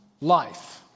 life